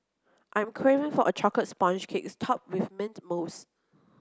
I am craving for a chocolate sponge cake topped with mint mousse